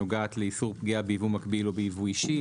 שנוגעת לאיסור פגיעה ביבוא מקביל או ביבוא אישי.